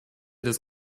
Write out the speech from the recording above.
des